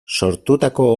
sortutako